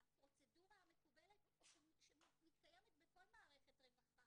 הפרוצדורה המקובלת שמתקיימת בכל מערכת רווחה.